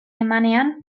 emanean